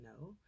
no